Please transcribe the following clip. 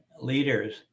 leaders